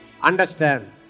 Understand